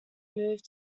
move